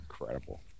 Incredible